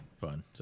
fun